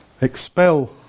Expel